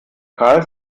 karl